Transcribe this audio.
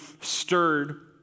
stirred